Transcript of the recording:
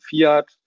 Fiat